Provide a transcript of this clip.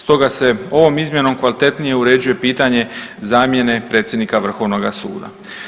Stoga se ovom izmjenom kvalitetnije uređuje pitanje zamjene predsjednika Vrhovnoga suda.